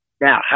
Now